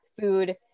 food